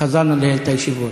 חזרנו לנהל את הישיבות.